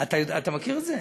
אתה מכיר את זה?